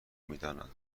میدانند